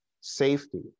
safety